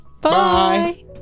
Bye